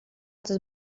tas